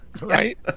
right